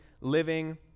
living